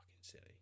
silly